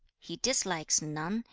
he dislikes none,